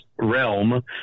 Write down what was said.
realm